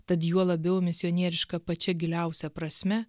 tad juo labiau misionieriška pačia giliausia prasme